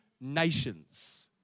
nations